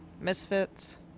Misfits